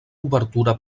obertura